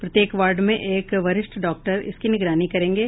प्रत्येक वार्ड में एक वरिष्ठ डाक्टर इसकी निगरानी करेंगे